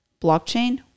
blockchain